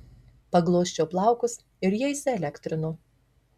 paglosčiau plaukus ir jie įsielektrino